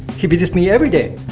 he visits me every day.